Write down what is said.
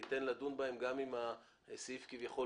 אני אתן לדון בהם גם אם הסעיף כביכול